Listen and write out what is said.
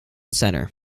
center